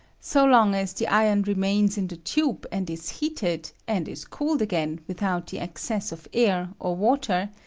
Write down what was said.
so long as the iron remains in the tube and is heated, and is cooled again without the access of air or water,